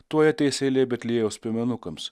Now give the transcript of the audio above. tuoj ateis eilė betliejaus piemenukams